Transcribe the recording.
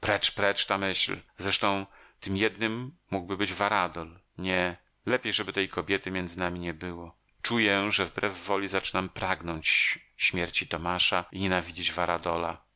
precz ta myśl zresztą tym jednym mógłby być varadol nie lepiej żeby tej kobiety między nami nie było czuję że wbrew woli zaczynam pragnąć śmierci tomasza i